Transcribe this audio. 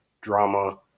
drama